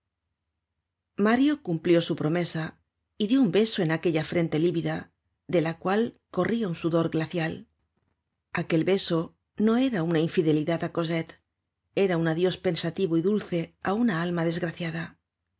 mario cumplió su promesa y dió un beso en aquella frente lívida de la cual corria un sudor glacial aquel beso no era una infidelidad á cosette era un adios pensativo y dulce á una alma desgraciada